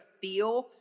feel